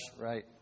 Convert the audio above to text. right